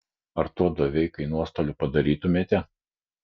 ar tuo doveikai nuostolių padarytumėte